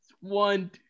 one